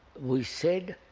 we said,